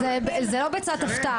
זה לא ביצה בתוך ביצה.